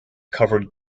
covered